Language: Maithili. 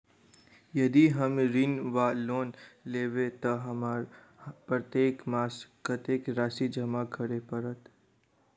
यदि हम ऋण वा लोन लेबै तऽ हमरा प्रत्येक मास कत्तेक राशि जमा करऽ पड़त?